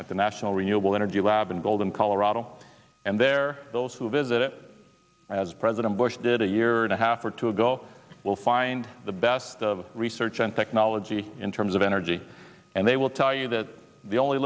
at the national renewable energy lab in golden colorado and there are those who visit as president bush did a year and a half or two ago will find the best research and technology in terms of energy and they will tell you that the only